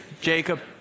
Jacob